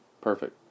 Perfect